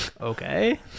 okay